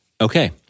Okay